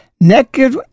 naked